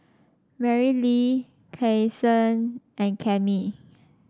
Marilee Kason and Cammie